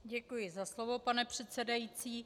Děkuji za slovo, pane předsedající.